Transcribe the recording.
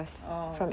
oh